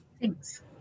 Thanks